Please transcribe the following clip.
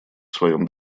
своем